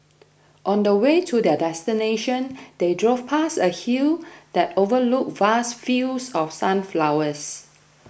on the way to their destination they drove past a hill that overlooked vast fields of sunflowers